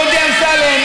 דודי אמסלם,